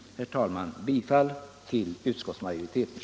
Herr talman! Jag yrkar bifall till utskottets hemställan.